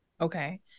Okay